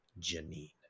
Janine